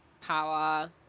power